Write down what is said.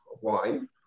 wine